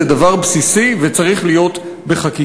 זה דבר בסיסי וזה צריך להיות בחקיקה.